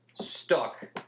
Stuck